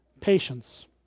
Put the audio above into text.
Patience